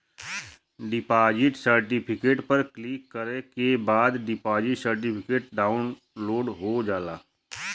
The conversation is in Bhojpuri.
डिपॉजिट सर्टिफिकेट पर क्लिक करे के बाद डिपॉजिट सर्टिफिकेट डाउनलोड हो जाला